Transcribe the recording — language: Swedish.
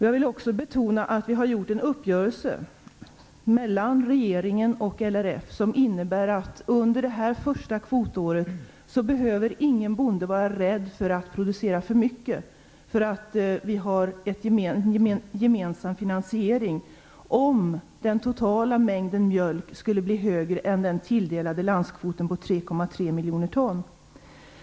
Jag vill betona att regeringen och LRF har träffat en uppgörelse som innebär att ingen bonde behöver vara rätt att producera för mycket under det första kvotåret. Vi har en gemensam finansiering om den totala mängden mjölk skulle bli högre än den tilldelade landskvoten på 3,3 miljoner ton.